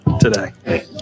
today